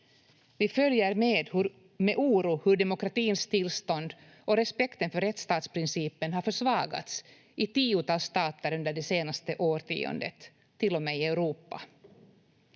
Vi följer med oro hur demokratins tillstånd och respekten för rättsstatsprincipen har försvagats i tiotals stater under det senaste årtiondet, till och med i Europa.